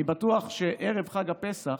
אני בטוח שערב חג הפסח,